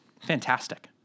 Fantastic